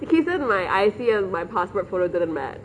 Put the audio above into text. he said my I_C and my passport photos didn't match